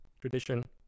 tradition